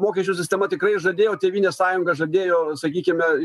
mokesčių sistema tikrai žadėjo tėvynės sąjunga žadėjo sakykime